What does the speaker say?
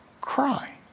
cry